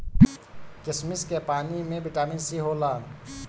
किशमिश के पानी में बिटामिन सी होला